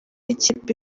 ikipe